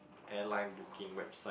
airline booking website